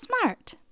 smart